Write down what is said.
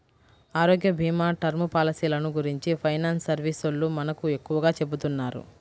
ఆరోగ్యభీమా, టర్మ్ పాలసీలను గురించి ఫైనాన్స్ సర్వీసోల్లు మనకు ఎక్కువగా చెబుతున్నారు